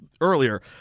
earlier